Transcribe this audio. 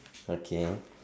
okay